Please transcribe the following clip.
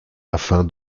afin